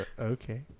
Okay